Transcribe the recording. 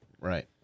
Right